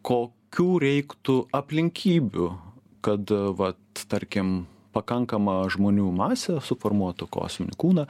kokių reiktų aplinkybių kad vat tarkim pakankama žmonių masė suformuotų kosminį kūną